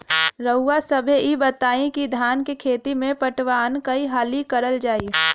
रउवा सभे इ बताईं की धान के खेती में पटवान कई हाली करल जाई?